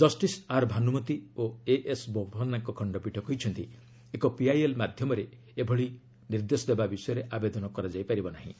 କଷିସ୍ R Bhanumathi ଓ A S ବୋପନ୍ନାଙ୍କ ଖଣ୍ଡପୀଠ କହିଛନ୍ତି ଏକ ପିଆଇଏଲ୍ ମାଧ୍ୟମରେ ଜଣେ ଏଭଳି ନିର୍ଦ୍ଦେଶ ଦେବା ବିଷୟରେ ଆବେଦନ କରିପାରିବେ ନାହିଁ